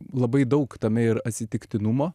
labai daug tame ir atsitiktinumo